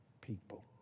people